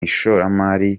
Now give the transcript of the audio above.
ishoramari